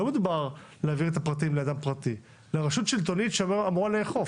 לא מדובר על העברת הפרטים לאדם פרטי אלא לרשות שלטונית שאמורה לאכוף.